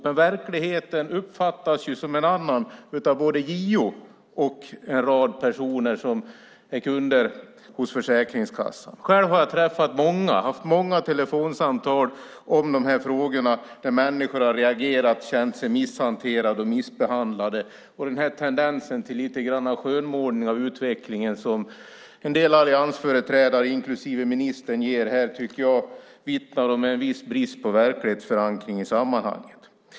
Men verkligheten uppfattas ju som en annan av både JO och en rad personer som är kunder hos Försäkringskassan. Själv har jag träffat många personer och haft många telefonsamtal om de här frågorna där människor har reagerat och känt sig misshanterade och felbehandlade. Tendensen till lite grann av skönmålning av utvecklingen som en del alliansföreträdare inklusive ministern har tycker jag vittnar om en viss brist på verklighetsförankring i sammanhanget.